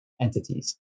entities